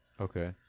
Okay